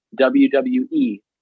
WWE